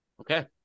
Okay